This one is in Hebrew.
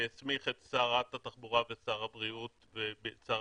ויסמיך את שרת התחבורה ואת שר הבריאות ושר